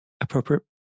appropriate